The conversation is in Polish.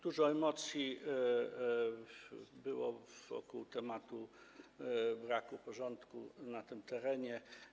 Dużo emocji było wokół tematu braku porządku na tym terenie.